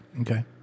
Okay